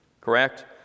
correct